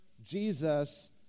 jesus